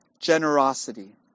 generosity